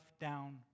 down